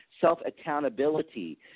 self-accountability